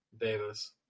Davis